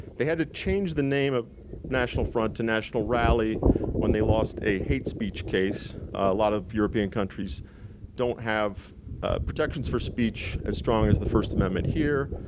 they had to change the name of national front to national rally when they lost a hate speech case. a lot of european countries don't have protections for speech as strong as the first amendment here,